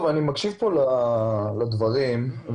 קודם כל אנחנו מתגאים בשיתוף פעולה שלנו עם כל ארגון שמנסה לשפר את